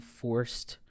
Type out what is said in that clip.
forced